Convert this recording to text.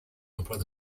d’emplois